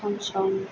सम सम